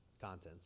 contents